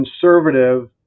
conservative